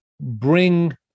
bring